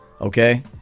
Okay